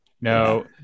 No